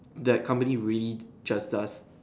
that company really just does